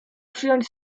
przyjąć